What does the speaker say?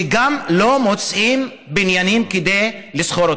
וגם לא מוצאים בניינים לשכור.